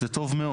זה טוב מאוד,